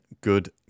good